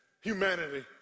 humanity